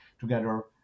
together